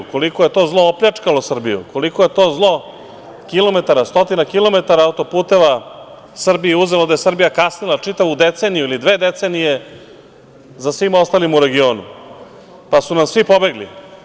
Koliko je to zlo opljačkalo Srbiju, koliko je zlo kilometara, stotine kilometara autoputeva Srbiji uzelo da je Srbija kasnila čitavu deceniju ili dve decenije za svima ostalima u regionu, pa su nam svi pobegli.